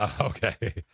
Okay